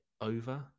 over